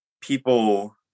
people